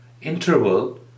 interval